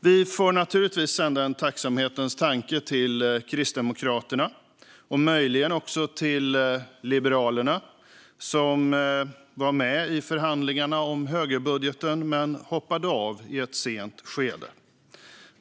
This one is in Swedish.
Vi får naturligtvis sända en tacksamhetens tanke till Kristdemokraterna - möjligen också till Liberalerna, som var med i förhandlingarna om högerbudgeten men hoppade av i ett sent skede.